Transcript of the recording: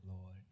Lord